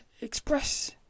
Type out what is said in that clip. express